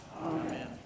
Amen